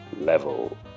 level